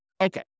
Okay